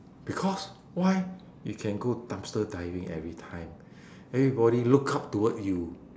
because why you can go dumpster diving everytime everybody look up toward you